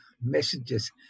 messages